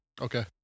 Okay